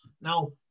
Now